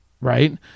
right